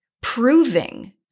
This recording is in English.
proving